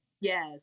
Yes